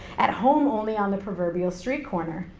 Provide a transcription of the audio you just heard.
at home only on the proverbial street corner.